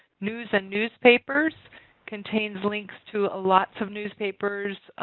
news and newspapers contains links to a lot of newspapers